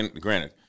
granted